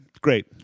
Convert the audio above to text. great